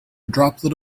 droplet